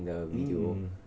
hmm